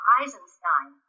Eisenstein